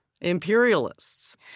imperialists